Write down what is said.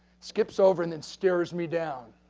skips over, and then stares me down,